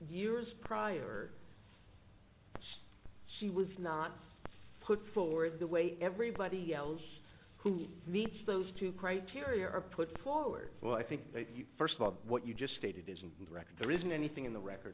years prior she was not put forward the way everybody else who meets those two criteria are put forward well i think first of all what you just stated is and the record there isn't anything in the record